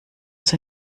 sie